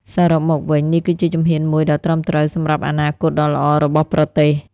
សរុបមកវិញ នេះគឺជាជំហានមួយដ៏ត្រឹមត្រូវសម្រាប់អនាគតដ៏ល្អរបស់ប្រទេស។